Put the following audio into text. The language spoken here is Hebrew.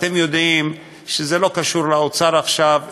אתם יודעים שזה לא קשור לאוצר עכשיו,